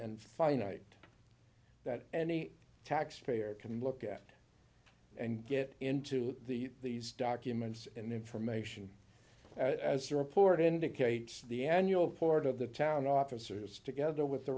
and finite that any taxpayer can look at and get into the these documents and information as your report indicates the annual report of the town officers together with